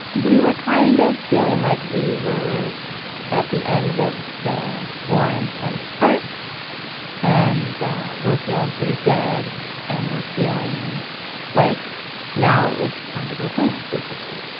we were kind of feeling like we were at the end of the more intense part and were feeling pretty good and were feeling like now it was time to go home, basically.